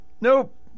Nope